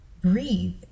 breathe